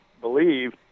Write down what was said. believe